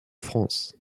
france